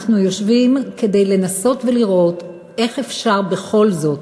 אנחנו יושבים כדי לנסות ולראות איך אפשר בכל זאת,